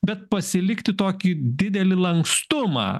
bet pasilikti tokį didelį lankstumą